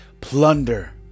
plunder